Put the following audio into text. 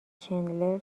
چندلر